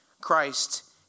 Christ